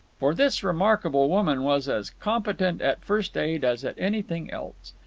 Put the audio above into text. for this remarkable woman was as competent at first aid as at anything else.